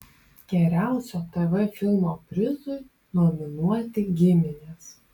geriausio tv filmo prizui nominuoti giminės